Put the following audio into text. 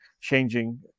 changing